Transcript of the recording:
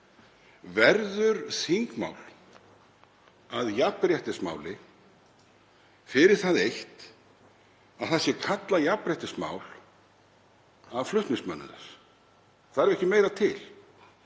Verður þingmál að jafnréttismáli fyrir það eitt að það sé kallað jafnréttismál af flutningsmönnum þess? Þarf ekki meira til?